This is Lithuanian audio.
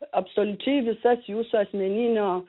absoliučiai visas jūsų asmeninio